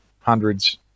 hundreds